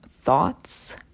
thoughts